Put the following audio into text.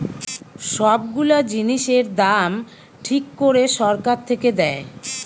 সব গুলা জিনিসের দাম ঠিক করে সরকার থেকে দেয়